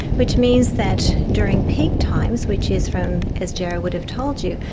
which means that during peak times, which is from, as gerard would have told you,